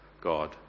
God